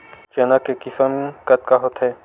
चना के किसम कतका होथे?